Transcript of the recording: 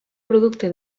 producte